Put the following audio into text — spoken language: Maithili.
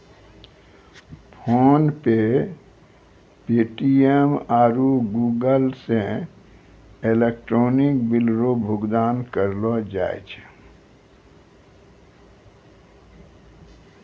फोनपे पे.टी.एम आरु गूगलपे से इलेक्ट्रॉनिक बिल रो भुगतान करलो जाय छै